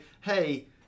hey